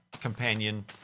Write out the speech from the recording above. companion